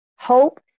Hope